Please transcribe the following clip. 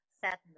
sadness